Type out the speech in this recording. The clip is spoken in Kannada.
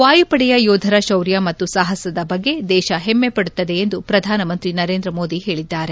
ವಾಯುಪಡೆಯ ಯೋಧರ ಶೌರ್ಯ ಮತ್ತು ಸಾಹಸದ ಬಗ್ಗೆ ದೇಶ ಹೆಮ್ಮೆಪಡುತ್ತದೆ ಎಂದು ಪ್ರಧಾನಮಂತ್ರಿ ನರೇಂದ್ರ ಮೋದಿ ಹೇಳಿದ್ದಾರೆ